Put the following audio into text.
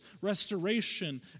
restoration